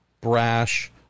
brash